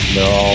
no